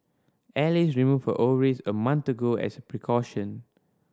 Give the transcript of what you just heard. Alice removed her ovaries a month ago as a precaution